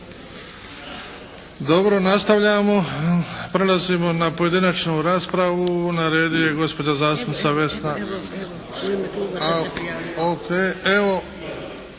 Dobro. Nastavljamo. Prelazimo na pojedinačnu raspravu. Na redu je gospođa zastupnica Vesna. Dakle, nećemo na pojedinačnu